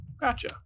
Gotcha